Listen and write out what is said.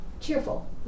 cheerful